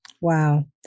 Wow